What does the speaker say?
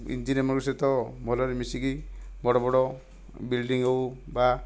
engineer ମାନଙ୍କ ସହିତ ଭଲରେ ମିଶିକି ବଡ଼ ବଡ଼ ବିଲଡ଼ିଂ ହେଉ ବା